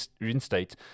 reinstate